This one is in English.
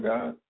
God